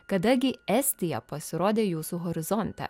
kada gi estija pasirodė jūsų horizonte